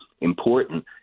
important